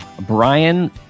Brian